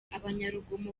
abanyarugomo